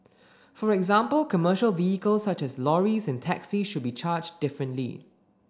for example commercial vehicles such as lorries and taxis should be charged differently